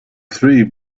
three